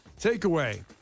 Takeaway